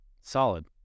Solid